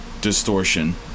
distortion